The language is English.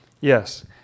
Yes